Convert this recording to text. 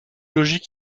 logique